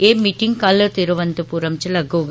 ए meeting कल तिरुवनंतपुरम च लग्गौग